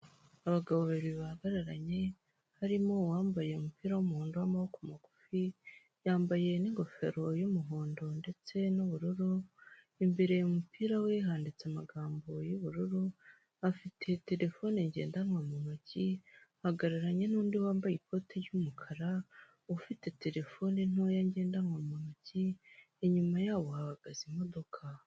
Abagabo babiri bahagararanye harimo uwambaye umupira w'umuhondo w'amaboko magufi, yambaye n'ingofero y'umuhondo ndetse n'ubururu, imbere umupira we handitse amagambo y'ubururu. Afite telefone ngendanwa mu ntoki, ahagararanye n'undi wambaye ikote ry'umukara ufite telefone ntoya ngendanwa mu ntoki, inyuma yabo hahagaze imodoka.